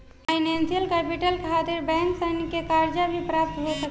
financial capital खातिर bank सन से कर्जा भी प्राप्त हो सकेला